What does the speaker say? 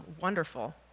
wonderful